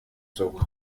zog